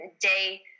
day